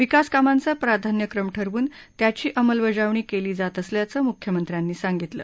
विकासकामांचे प्राधान्यक्रम ठरवून त्याची अंमलबजावणी केली जात असल्याचं मुख्यमंत्र्यांनी सांगितलं